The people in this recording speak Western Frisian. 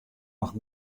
noch